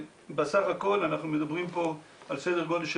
בסך הכול אנחנו מדברים פה על סדר גודל של